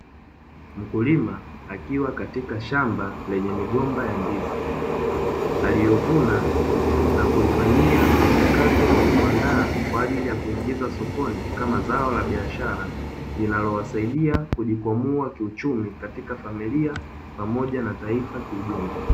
Mkulima akiwa katika shamba lenye migomba ya ndizi aliyovuna na kuifanyia mchakato wa kuandaa kwa ajili ya kuagiza sokoni kama zao la biashara, linalowasaidia kujikwamua kiuchumi katika familia pamoja na taifa kiujumla.